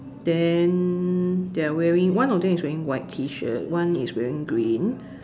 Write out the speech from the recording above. then they're wearing one of them is wearing white T-shirt one is wearing green